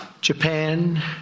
Japan